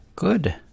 Good